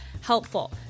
helpful